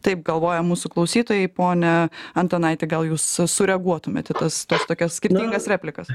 taip galvoja mūsų klausytojai pone antanaiti gal jūs sureaguotumėt į tas tokias skirtingas replikas